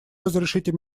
разрешите